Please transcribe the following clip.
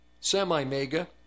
semi-mega